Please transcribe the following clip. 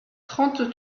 trente